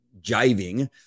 jiving